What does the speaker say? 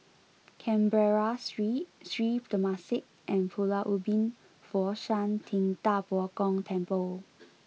Canberra Street Sri Temasek and Pulau Ubin Fo Shan Ting Da Bo Gong Temple